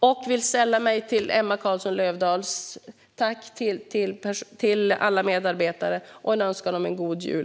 Jag vill sälla mig till Emma Carlsson Löfdahls tack till alla medarbetare med önskan om en god jul.